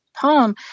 poem